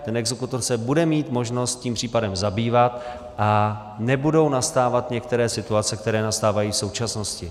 Ten exekutor se bude mít možnost tím případem zabývat a nebudou nastávat některé situace, které nastávají v současnosti.